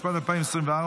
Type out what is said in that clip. התשפ"ד 2024,